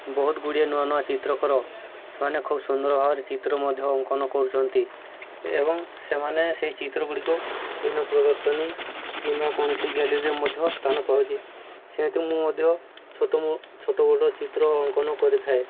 ବହୁତ ଗୁଡ଼ିଏ ନୂଆ ନୂଆ ଚିତ୍ରକର ସେମାନେ ଖୁବ ସୁନ୍ଦର ଭାବରେ ଚିତ୍ର ମଧ୍ୟ ଅଙ୍କନ କରୁଛନ୍ତି ଏବଂ ସେମାନେ ସେଇ ଚିତ୍ରଗୁଡ଼ିକ ଭିନ୍ନ ପ୍ରଦର୍ଶନୀ କିମ୍ବା କୌଣସି ଗ୍ୟାଲେରୀରେ ମଧ୍ୟ ସ୍ଥାନ ପାଉଛି ସେଇଠୁ ମୁଁ ମଧ୍ୟ ଛୋଟ ଛୋଟ ଚିତ୍ର ଅଙ୍କନ କରିଥାଏ